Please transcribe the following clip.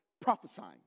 prophesying